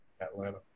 Atlanta